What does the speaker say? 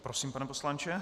Prosím, pane poslanče.